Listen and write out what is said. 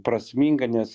prasminga nes